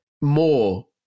more